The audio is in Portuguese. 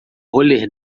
roller